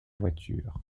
voiture